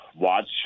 watch